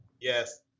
Yes